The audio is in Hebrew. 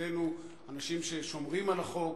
מבחינתנו הם אנשים ששומרים על החוק